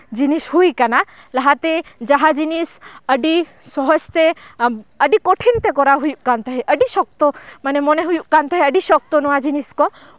ᱡᱤᱱᱤᱥ ᱦᱩᱭ ᱠᱟᱱᱟ ᱞᱟᱦᱟᱛᱮ ᱡᱟᱦᱟᱸ ᱡᱤᱱᱤᱥ ᱟᱹᱰᱤ ᱥᱚᱦᱚᱡᱛᱮ ᱟᱹᱰᱤ ᱠᱚᱴᱷᱤᱱ ᱛᱮ ᱠᱚᱨᱟᱣ ᱦᱩᱭᱩᱜ ᱠᱟᱱ ᱛᱟᱦᱮᱸᱜ ᱟᱹᱰᱤ ᱥᱚᱠᱛᱚ ᱢᱚᱱᱮ ᱦᱩᱭᱩᱜ ᱠᱟᱱ ᱛᱟᱦᱮᱸᱜ ᱟᱹᱰᱤ ᱥᱚᱠᱛᱚ ᱡᱤᱱᱤᱥ ᱠᱚ